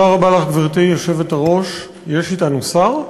תודה רבה לך, גברתי היושבת-ראש, יש אתנו שר?